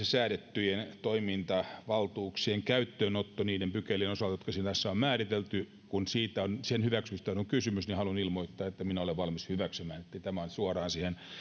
säädettyjen toimintavaltuuksien käyttöönotto niiden pykälien osalta jotka siinä asetuksessa on määritelty eli sen hyväksymisestähän on kysymys niin haluan ilmoittaa että minä olen valmis hyväksymään tämä on suoraan